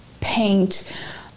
paint